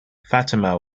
fatima